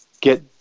get